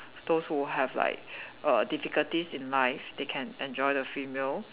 those who have like err difficulties in life they can enjoy the free meal